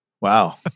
Wow